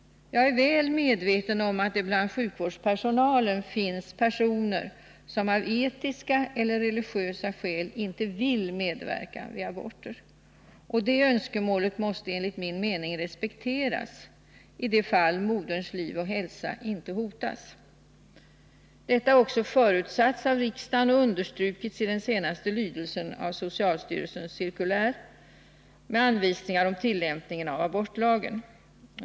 Jag är väl medveten om att det bland sjukvårdspersonalen finns personer som av etiska eller religiösa skäl inte vill medverka vid aborter. Det önskemålet måste enligt min mening respekteras i de fall moderns liv och hälsa inte hotas. Detta har också förutsatts av riksdagen och understrukits i den senaste lydelsen av socialstyrelsens cirkulär med anvisningar om tillämpningen av abortlagen.